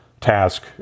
task